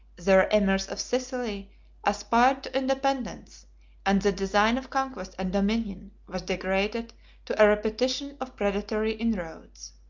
their emirs of sicily aspired to independence and the design of conquest and dominion was degraded to a repetition of predatory inroads.